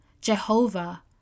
Jehovah